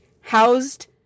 housed